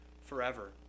forever